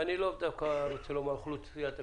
ואני לא רוצה לומר דווקא אוכלוסיית הקשישים.